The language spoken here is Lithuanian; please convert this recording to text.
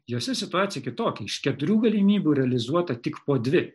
jose situacija kitokia iš keturių galimybių realizuota tik po dvi